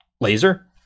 laser